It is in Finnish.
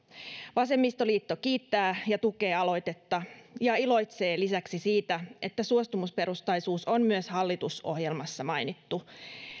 vasemmistoliitto kiittää ja tukee aloitetta ja iloitsee lisäksi siitä että suostumusperustaisuus on myös hallitusohjelmassa mainittu